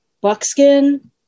buckskin